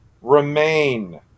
remain